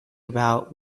about